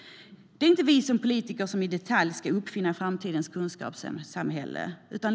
Det är inte vi politiker som i detalj ska uppfinna framtidens kunskapssamhälle.